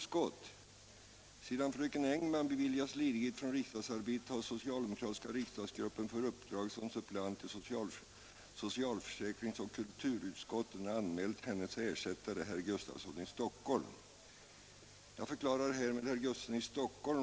Sedan fröken Engman beviljats ledighet från riks — skodetaljhandeln dagsarbetet har socialdemokratiska riksdagsgruppen för uppdrag som suppleant i socialförsäkringsoch kulturutskotten anmält hennes ersättare herr Gustafsson i Stockholm.